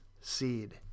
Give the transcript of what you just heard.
seed